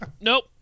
nope